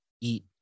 eat